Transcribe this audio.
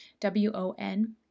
W-O-N